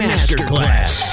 Masterclass